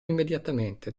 immediatamente